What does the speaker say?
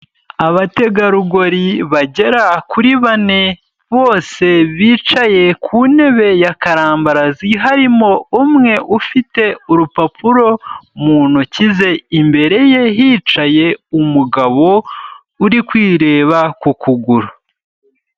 Abategarugori bagera kuri bane, bose bicaye ku ntebe ya karambarazi, harimo umwe ufite urupapuro mu ntoki ze, imbere ye hicaye umugabo uri kwireba, ku kuguru.